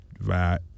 via